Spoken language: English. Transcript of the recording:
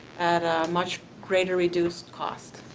at a much greater reduced cost.